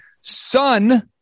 son